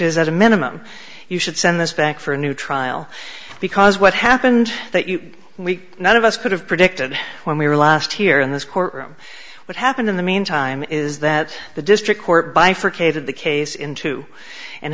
is at a minimum you should send this back for a new trial because what happened that you we none of us could have predicted when we were last here in this courtroom what happened in the meantime is that the district court bifurcated the case into and